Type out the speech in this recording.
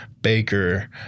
baker